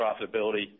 profitability